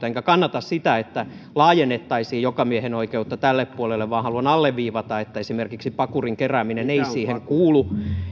enkä kannata sitä että laajennettaisiin jokamiehenoikeutta tälle puolelle vaan haluan alleviivata että esimerkiksi pakurin kerääminen ei siihen kuulu